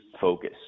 focus